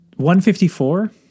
154